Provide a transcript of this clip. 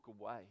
away